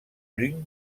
l’une